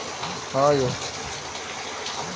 तिल स्वास्थ्यक लिहाज सं बहुत फायदेमंद होइ छै